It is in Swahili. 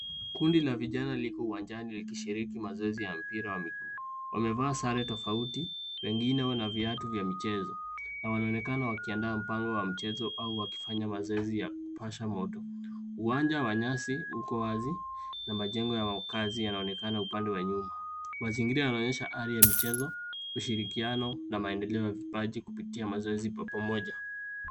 Kundi la vijana liko uwanjani likishiriki mazoezi ya mpira wa miguu. Wamevaa sare tofauti, wengine wana viatu vya michezo na wanaonekana wakiandaa mpango wa mchezo au wakifanya mazoezi ya kupasha moto. Uwanja wa nyasi uko wazi na majengo ya makazi yanaonekana upande wa nyuma. Mazingira yanaonyesha ari ya michezo, ushirikiano na maendeleo ya vipaji kupitia mazoezi kwa pamoja.